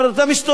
אתה מסתובב,